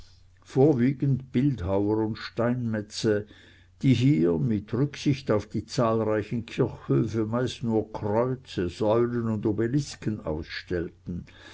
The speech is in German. vorwiegend bildhauer und steinmetze die hier mit rücksicht auf die zahlreichen kirchhöfe meist nur kreuze säulen und obelisken ausstellten